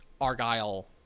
Argyle